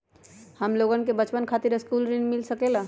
हमलोगन के बचवन खातीर सकलू ऋण मिल सकेला?